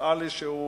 נראה לי שזה